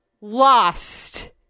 lost